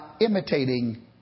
imitating